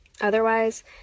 Otherwise